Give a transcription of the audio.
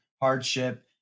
hardship